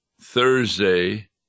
Thursday